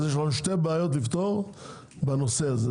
יש לנו שתי בעיות לפתור בנושא הזה.